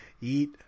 eat